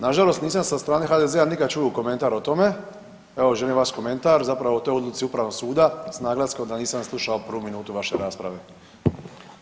Nažalost nisam sa strane HDZ-a nikad čuo komentar o tome, evo želim vaš komentar zapravo o toj odluci Upravnog suda s naglaskom da nisam slušao prvu minutu vaše rasprave.